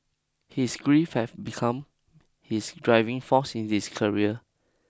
his grief have become his driving force in his career